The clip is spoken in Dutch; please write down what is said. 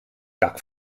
dak